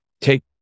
take